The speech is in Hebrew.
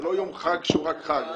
זה לא יום חג שהוא רק חג,